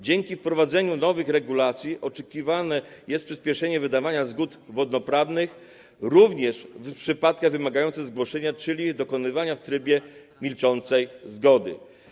Dzięki wprowadzeniu nowych regulacji oczekiwane jest przyspieszenie wydawania zgód wodnoprawnych, również w przypadkach wymagających zgłoszenia, czyli dokonywanych w trybie milczącej zgody.